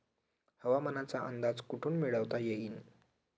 हवामानाचा अंदाज कोठून मिळवता येईन?